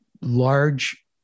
large